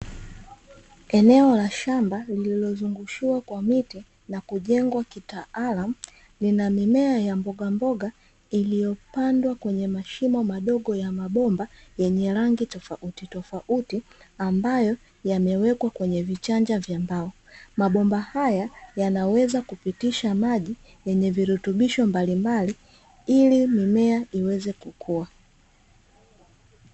Eneo la shamba lillozungushiwa kwa miti na kujengwa kitaalamu mimea ya mbogamboga iliyopandwa kwenye mashimo ya mabomba yenye rangi tofautitofauti mabomba ambayo yamewekwa kwenye vichanja vya mbao, mabomba haya yanaweza kupitisha maji yenye virutubisho mbalimbali ili mimea iweze kukua .